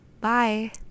Bye